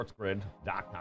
sportsgrid.com